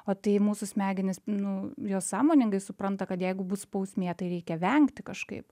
o tai mūsų smegenys nu jos sąmoningai supranta kad jeigu bus bausmė tai reikia vengti kažkaip